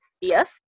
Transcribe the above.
yes